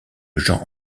jean